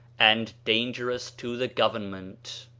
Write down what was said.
and danger ous to the government.